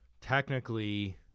technically